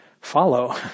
follow